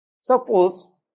suppose